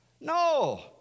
No